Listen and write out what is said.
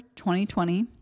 2020